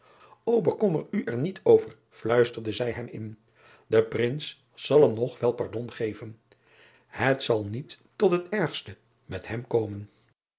ekommer u er niet over luisterde zij hem in e rins zal hem nog wel pardon geven et zal niet tot het ergste met hem komen